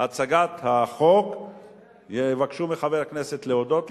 הצגת החוק יבקשו מחבר הכנסת להודות לו,